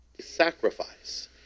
sacrifice